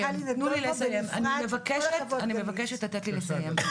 אני מבקשת לתת לי לסיים.